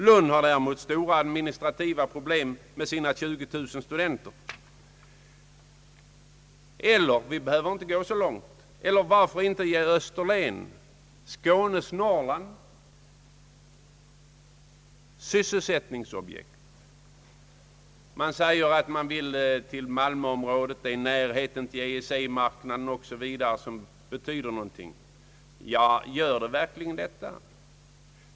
Lund har däremot stora administrativa problem med sina 20000 studenter. Vi behöver emellertid inte gå så långt. Varför inte ge Österlen — »Skånes Norrland» — sysselsättningsobjekt? Man säger att man vill till malmöområdet; att det är närheten till EEC-marknaden m.m. som betyder något. Gör det verkligen det?